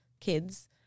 kids